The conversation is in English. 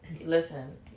Listen